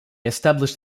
established